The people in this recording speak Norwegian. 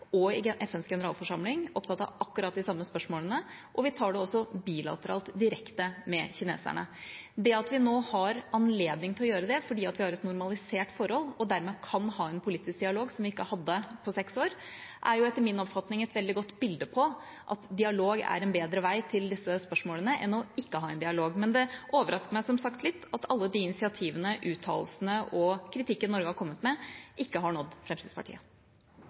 og i FNs generalforsamling opptatt av akkurat de samme spørsmålene, og vi tar det også bilateralt, direkte, med kineserne. Det at vi nå har anledning til å gjøre det, fordi vi har et normalisert forhold og dermed kan ha en politisk dialog som vi ikke hadde på seks år, er etter min oppfatning et veldig godt bilde på at dialog er en bedre vei til disse spørsmålene enn ikke å ha en dialog. Men det overrasker meg som sagt litt at alle de initiativene, uttalelsene og den kritikken Norge har kommet med, ikke har nådd Fremskrittspartiet.